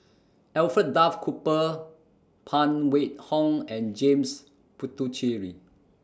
Alfred Duff Cooper Phan Wait Hong and James Puthucheary